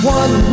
one